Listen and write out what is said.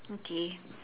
okay